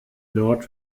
nord